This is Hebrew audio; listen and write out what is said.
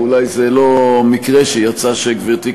ואולי זה לא מקרה שיצא שגברתי,